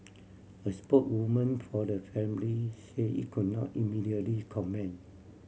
a spokeswoman for the family say it could not immediately comment